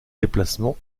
déplacements